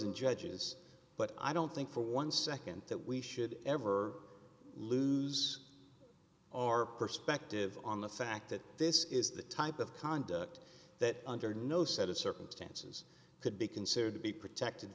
and judges but i don't think for one second that we should ever lose our perspective on the fact that this is the type of conduct that under no set of circumstances could be considered to be